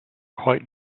quite